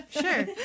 Sure